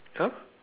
!huh!